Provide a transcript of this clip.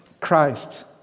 Christ